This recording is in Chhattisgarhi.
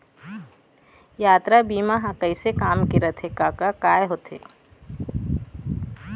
यातरा बीमा ह कइसे काम के रथे कका काय होथे?